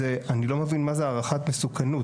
אני לא מבין מה זה הערכת מסוכנות?